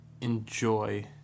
enjoy